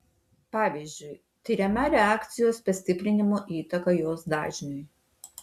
pavyzdžiui tiriama reakcijos pastiprinimo įtaka jos dažniui